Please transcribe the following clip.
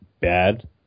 Bad